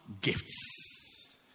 gifts